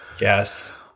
yes